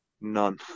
none